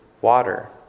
water